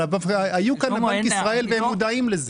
אבל היו כאן אנשים מבנק ישראל והם מודעים לכך.